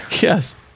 Yes